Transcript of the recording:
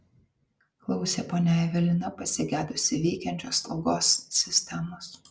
klausė ponia evelina pasigedusi veikiančios slaugos sistemos